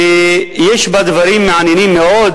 שיש בה דברים מעניינים מאוד,